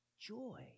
joy